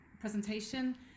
presentation